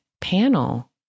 panel